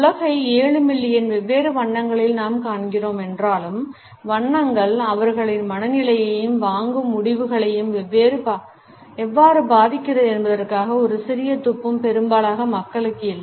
உலகை 7 மில்லியன் வெவ்வேறு வண்ணங்களில் நாம் காண்கிறோம் என்றாலும் வண்ணங்கள் அவர்களின் மனநிலையையும் வாங்கும் முடிவுகளையும் எவ்வாறு பாதிக்கின்றன என்பதற்கான ஒரு சிறிய துப்பும் பெரும்பாலான மக்களுக்கு இல்லை